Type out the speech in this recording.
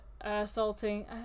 assaulting-